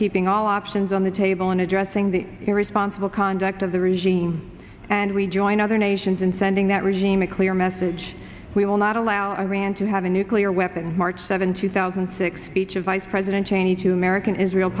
keeping all options on the table in addressing the irresponsible conduct of the regime and we join other nations in sending that regime a clear message we will not allow iran to have a nuclear weapon march seventh two thousand and six peach a vice president cheney to american israel